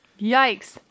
Yikes